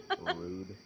Rude